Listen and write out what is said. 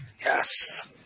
Yes